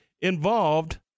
involved